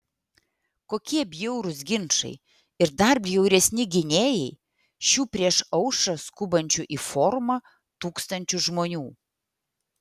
kokie bjaurūs ginčai ir dar bjauresni gynėjai šių prieš aušrą skubančių į forumą tūkstančių žmonių